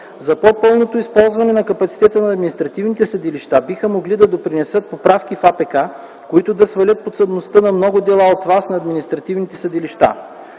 За по-пълното използване на капацитета на административните съдилища биха могли да допринесат поправки в АПК, които да свалят подсъдността на много дела от ВАС на административните съдилища.